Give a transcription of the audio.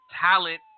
talent